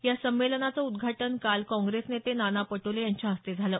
या संमेलनाचं उद्घाटन काल काँग्रेस नेते नाना पटोले यांच्या हस्ते झालं